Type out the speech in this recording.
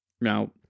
now